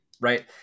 right